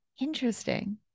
Interesting